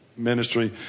ministry